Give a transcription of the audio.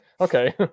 Okay